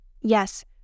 Yes